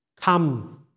Come